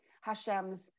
Hashem's